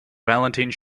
valentine